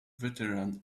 veteran